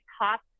top